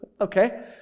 Okay